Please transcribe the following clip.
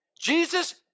Jesus